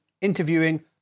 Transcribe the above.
interviewing